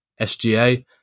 SGA